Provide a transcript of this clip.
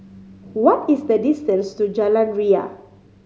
what is the distance to Jalan Ria